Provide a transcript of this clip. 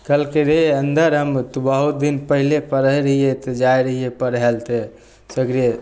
कहलकै रे अन्दर हम तऽ बहुत दिन पहिले पढ़ै रहिए तऽ जाइ रहिए पढ़ैले तऽ सगरे